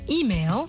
email